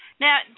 Now